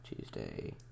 Tuesday